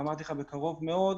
ואמרתי לך בקרוב מאוד,